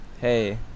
hey